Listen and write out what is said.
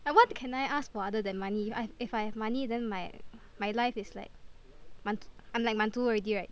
like what can I ask for other than money if I have if I have money then my my life is like 满 I'm like 满足 already right